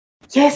Yes